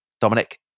Dominic